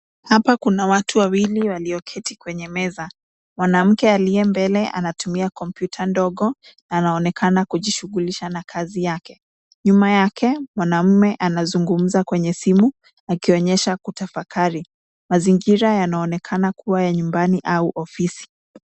Hapa kuna watu wawili walioketi kwenye meza. Mwanamke aliye mbele anatumia kompyuta ndogo, na anaonekana kujishughulisha na kazi yake. Nyuma yake, mwanamume anazungumza kwenye simu, akionyesha kutafakari. Mazingira yanaonekana kuwa ya nyumbani au ofisi.